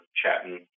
chatting